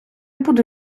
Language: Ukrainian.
буду